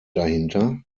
dahinter